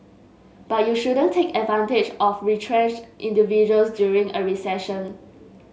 but you shouldn't take advantage of retrenched individuals during a recession